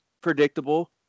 predictable